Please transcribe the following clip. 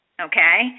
okay